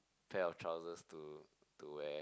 pair of trousers to to wear